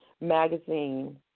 magazine